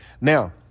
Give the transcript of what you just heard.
Now